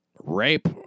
rape